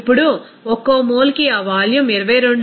ఇప్పుడు ఒక్కో మోల్కి ఆ వాల్యూమ్ 22